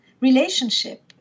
relationship